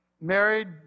Married